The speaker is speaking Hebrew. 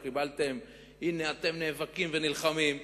הנה אתם נאבקים ונלחמים.